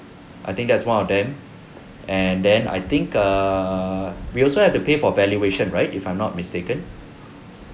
I think that's one of them and then I think err we also have to pay for valuation right if I'm not mistaken